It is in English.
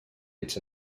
its